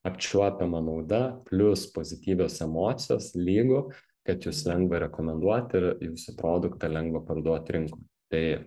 apčiuopiama nauda plius pozityvios emocijos lygu kad jus lengva rekomenduot ir jūsų produktą lengva parduot rinkoj tai